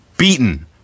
Beaten